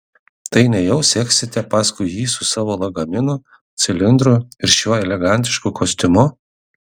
tai nejau seksite paskui jį su savo lagaminu cilindru ir šiuo elegantišku kostiumu